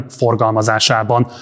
forgalmazásában